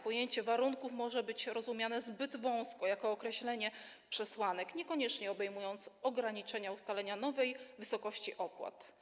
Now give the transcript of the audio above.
Pojęcie warunków może być rozumiane zbyt wąsko jako określenie przesłanek, niekoniecznie obejmujące ograniczenia w zakresie ustalenia nowej wysokości opłat.